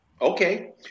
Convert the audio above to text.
okay